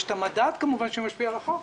יש כמובן את המדד שמשפיע רחוק.